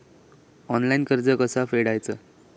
Online कर्ज कसा फेडायचा?